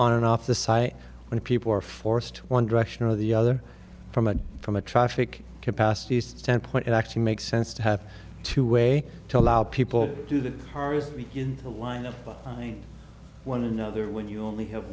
on and off the site when people are forced to one direction or the other from a from a traffic capacity standpoint it actually makes sense to have two way to allow people to do the cars in the line of one another when you only have